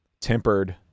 tempered